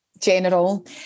general